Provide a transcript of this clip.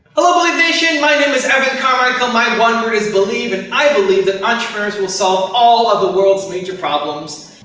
hello, believe nation! my name is evan carmichael. my one word is believe, and i believe that entrepreneurs will solve all of the world's major problems.